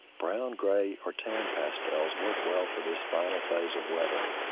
brown, gray, or tan pastels work well for this final phase of weathering.